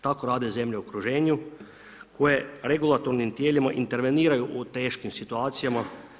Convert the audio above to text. Tako rade zemlje u okruženju koje regulatornim tijelima interveniraju u teškim situacijama.